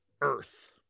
Earth